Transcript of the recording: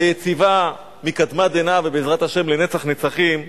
היציבה מקדמת דנא ובעזרת השם לנצח נצחים,